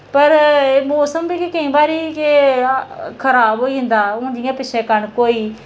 पर मौसम बी केईं बारी कि खराब होई जंदा हून जि'यां पिच्छें कनक होई ते